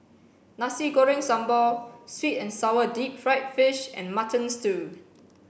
Nasi Goreng Sambal sweet and sour deep fried fish and mutton stew